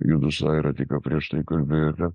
judu su aira tik ką prieš tai kalbėjote